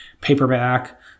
paperback